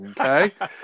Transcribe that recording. Okay